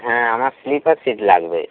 হ্যাঁ আমার sleeper seat লাগবে